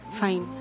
fine